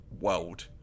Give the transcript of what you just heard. world